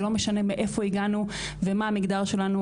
זה לא משנה מאיפה הגענו ומה המגדר שלנו,